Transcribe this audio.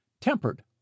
tempered